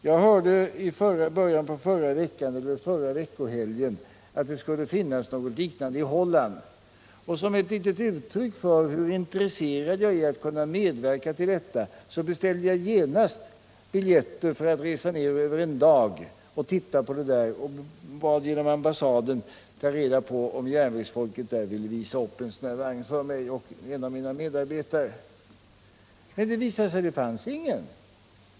Jag hörde i förra veckan att det skulle finnas något liknande i Holland, och som ett uttryck för hur intresserad jag är att kunna medverka till detta beställde jag genast biljett för att resa ned över en dag och titta på detta. Jag bad ambassaden ta reda på om järnvägsfolket där ville visa upp en sådan vagn för mig och en av mina medarbetare. Men det visade sig att det inte fanns någon sådan vagn.